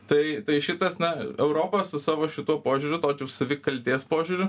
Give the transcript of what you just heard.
tai tai šitas na europa su savo šituo požiūriu tokiu savikaltės požiūriu